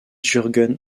jürgen